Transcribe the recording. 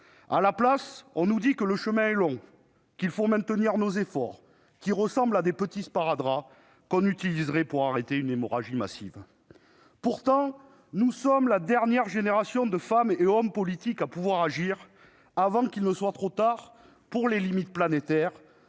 À la place, on nous dit que le chemin est long, qu'il faut maintenir nos efforts. Ces derniers ressemblent à de petits sparadraps avec lesquels on tenterait d'arrêter une hémorragie massive. Nous sommes pourtant la dernière génération de femmes et hommes politiques à pouvoir agir avant qu'il ne soit trop tard pour les limites planétaires,